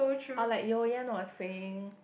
or like You Yen was saying